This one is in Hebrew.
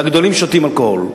והגדולים שותים אלכוהול,